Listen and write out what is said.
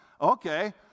okay